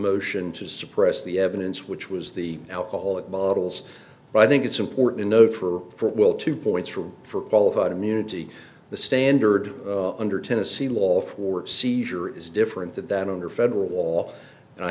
motion to suppress the evidence which was the alcoholic bottles but i think it's important to note for will two points rule for qualified immunity the standard under tennessee law for seizure is different than that under federal law and i